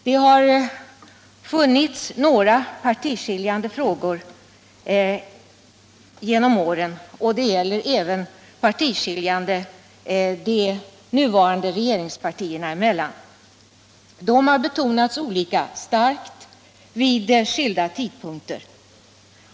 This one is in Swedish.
Det har genom åren funnits vissa partiskiljande frågor, och det gäller även de nuvarande regeringspartierna. Dessa frågor har betonats olika starkt vid skilda tidpunkter.